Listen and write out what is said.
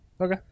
Okay